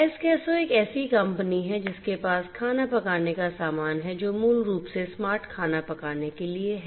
एसकेसो एक ऐसी कंपनी है जिसके पास खाना पकाने का सामान है जो मूल रूप से स्मार्ट खाना पकाने के लिए है